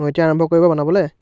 অঁ এতিয়া আৰম্ভ কৰিব বনাবলৈ